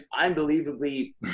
unbelievably